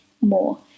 more